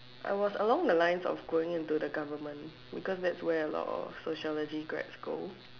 I was along the lines of going into the government because that's where a lot of sociology grads go